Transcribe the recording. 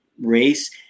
race